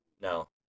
No